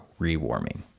rewarming